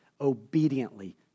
obediently